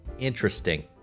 Interesting